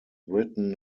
written